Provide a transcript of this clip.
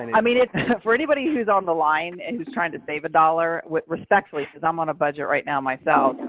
and i mean, it's for anybody who's on the line and who's trying to save one dollars. with respect leases. i'm on a budget right now myself,